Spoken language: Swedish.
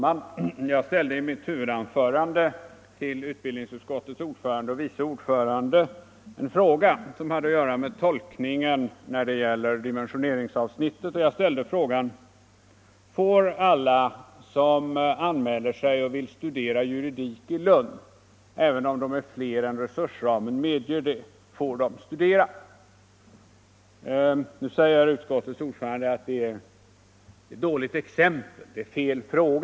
Fru talman! Jag ställde i mitt huvudanförande en fråga till utbildningsutskottets ordförande och vice ordförande som hade att göra med tolkningen av dimensioneringsavsnittet. Jag ställde frågan, om alla som anmäler sig till att studera juridik i Lund får studera där, även om de är fler än resursramen medger. Nu säger utskottets ordförande att det var ett dåligt exempel och att det var en felaktig fråga.